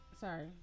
Sorry